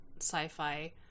sci-fi